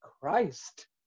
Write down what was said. Christ